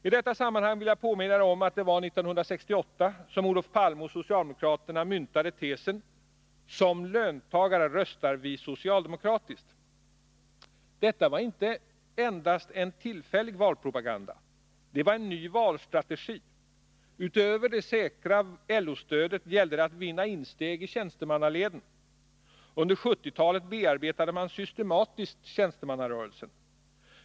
I detta sammanhang vill jag påminna om att det var 1968 som Olof Palme och socialdemokraterna myntade tesen: ”Som löntagare röstar vi socialdemokratiskt.” Detta var inte endast en tillfällig valpropaganda. Det var en ny valstrategi. Utöver det säkra LO-stödet gällde det att vinna insteg i tjänstemannaleden. Under 1970-talet bearbetade man systematiskt tjänstemannarörelsen.